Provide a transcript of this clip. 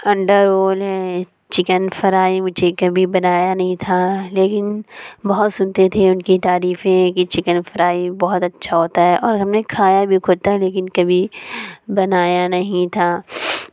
انڈا رول ہے chicken fry کبھی بنایا نہیں تھا لیکن بہت سنتے تھے ان کی تعریفیں کی چکن فرائی بہت اچھا ہوتا ہے اور ہم نے کھایا بھی خود تھا لیکن کبھی بنایا نہیں تھا